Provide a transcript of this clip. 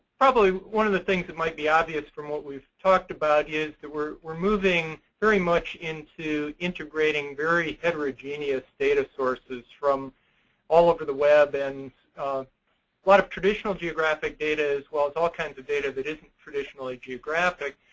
probably one of the things that might be obvious from what we've talked about is that we're we're moving very much into integrating very heterogeneous data sources from all over the web and a lot of traditional geographic data, as well as all kinds of data that isn't traditionally geographic.